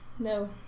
No